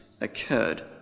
occurred